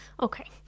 Okay